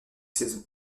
saisons